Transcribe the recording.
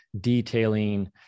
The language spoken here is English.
detailing